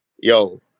yo